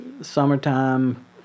summertime